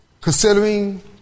considering